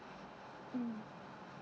mm